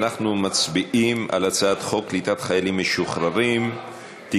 אנחנו מצביעים על הצעת חוק קליטת חיילים משוחררים (תיקון,